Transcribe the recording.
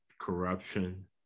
corruption